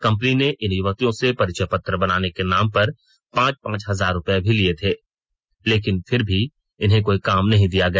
company ने इन य्वतियों से परिचय पत्र बनाने के नाम पर पांच पांच हजार रुपए भी लिए थे लेकिन फिर भी इन्हें कोई काम नहीं दिया गया